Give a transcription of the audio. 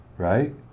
Right